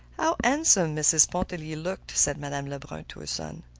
how handsome mrs. pontellier looked! said madame lebrun to her son.